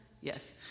Yes